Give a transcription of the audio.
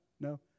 No